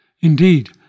Indeed